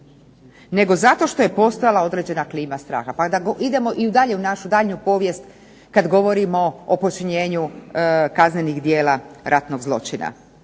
nego zato što je postojala određena klima straha. Pa idemo i dalje u našu daljnju povijest kad govorimo o počinjenju kaznenih djela ratnog zločina.